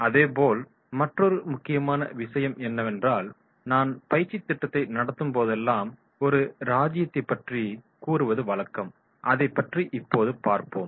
அதேபோல் மற்றுமொரு முக்கியமான விஷயம் என்னவென்றால் நான் பயிற்சித் திட்டத்தை நடத்தும் போதெல்லாம் ஒரு ராஜ்யத்தை பற்றி கூறுவது வழக்கம் அதை பற்றி இப்போது பார்ப்போம்